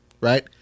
right